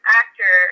actor